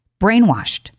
brainwashed